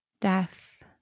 death